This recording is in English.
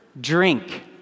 drink